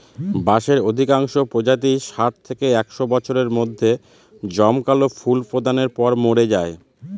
বাঁশের অধিকাংশ প্রজাতিই ষাট থেকে একশ বছরের মধ্যে জমকালো ফুল প্রদানের পর মরে যায়